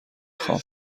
خوام